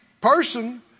person